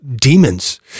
demons